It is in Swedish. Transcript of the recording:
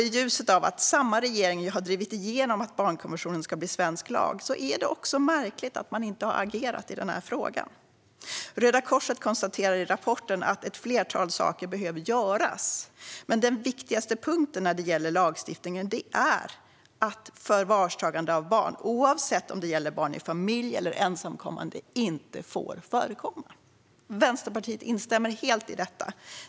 I ljuset av att samma regering har drivit igenom att barnkonventionen ska bli svensk lag är det också märkligt att man inte har agerat i frågan. Röda Korset konstaterar i rapporten att ett flertal saker behöver göras, men den viktigaste punkten när det gäller lagstiftningen är att förvarstagande av barn, oavsett om det gäller barn i familj eller ensamkommande, inte får förekomma. Vänsterpartiet instämmer helt i detta.